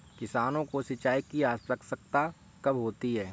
किसानों को सिंचाई की आवश्यकता कब होती है?